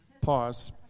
Pause